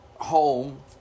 home